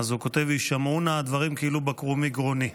הוא כותב "יישמעו נא הדברים כאילו בקעו מגרוני".